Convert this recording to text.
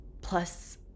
plus